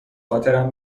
خاطرم